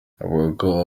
avuka